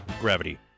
Gravity